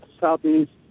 southeast